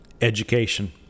education